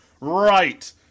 Right